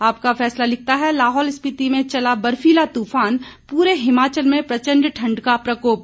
आपका फैसला लिखता है लाहौल स्पिति में चला बर्फीला तूफान पूरे हिमाचल में प्रंचड ठंड का प्रकोप